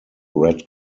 red